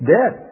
Dead